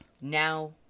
Now